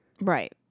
Right